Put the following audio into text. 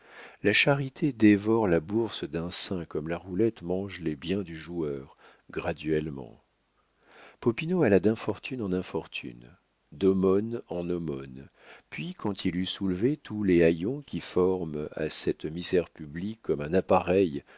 la charité dévore la bourse d'un saint comme la roulette mange les biens du joueur graduellement popinot alla d'infortune en infortune d'aumône en aumône puis quand il eut soulevé tous les haillons qui forment à cette misère publique comme un appareil